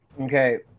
Okay